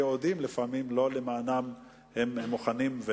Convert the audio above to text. לייעודים שלא למענם הם מוכנים,